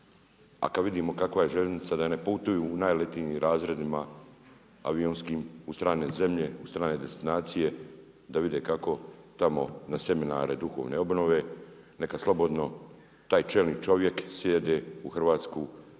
a kad vidimo kakva je željeznica, da putuju u najelitnijim razredima avionskim u strane zemlje u strane destinacije, da vide kako tamo na seminare duhovne obnove, neka slobodno taj čelni čovjek…/Govornik